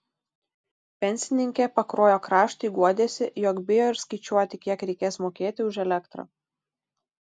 pensininkė pakruojo kraštui guodėsi jog bijo ir skaičiuoti kiek reikės mokėti už elektrą